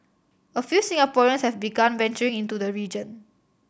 a few Singaporeans have begun venturing into the region